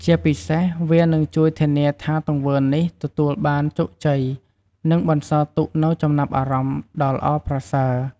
ជាពិសេសវានឹងជួយធានាថាទង្វើនេះទទួលបានជោគជ័យ និងបន្សល់ទុកនូវចំណាប់អារម្មណ៍ដ៏ល្អប្រសើរ។